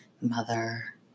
mother